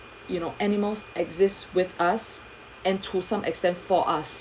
you know animals exist with us and to some extent for us